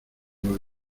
los